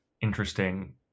interesting